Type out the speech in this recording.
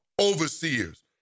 overseers